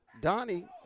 Donnie